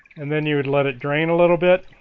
and then you would let it drain a little bit